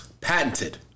patented